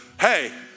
hey